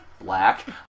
black